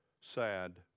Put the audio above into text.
sad